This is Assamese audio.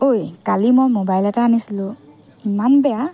অই কালি মই ম'বাইল এটা আনিছিলোঁ ইমান বেয়া